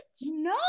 no